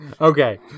Okay